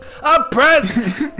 Oppressed